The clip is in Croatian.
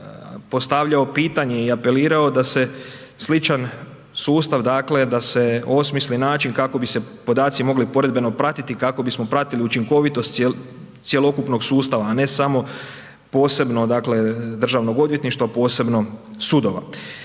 postavljao pitanje i apelirao da se sličan sustav, dakle da se osmisli način kako bi se podaci mogli poredbeno pratiti kako bismo pratili učinkovitost cjelokupnog sustava, a ne samo posebno dakle državnog odvjetništva, posebno sudova.